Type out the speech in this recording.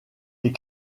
des